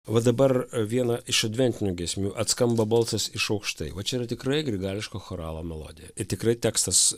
va dabar viena iš adventinių giesmių atskamba balsas iš aukštai va čia yra tikrai grigališko choralo melodija ir tikrai tekstas